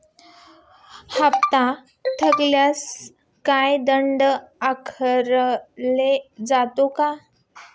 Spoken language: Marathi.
हप्ता थकल्यास काही दंड आकारला जातो का?